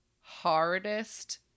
hardest